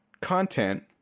content